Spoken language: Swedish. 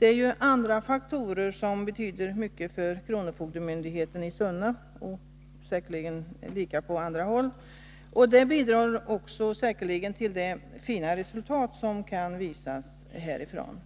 är andra faktorer som betyder mycket för kronofogdemyndigheten i Sunne, och det är säkerligen likadant även på andra håll. Detta bidrar till de fina resultat som kan visas härifrån.